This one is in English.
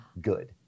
good